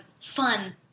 fun